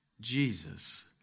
Jesus